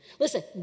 Listen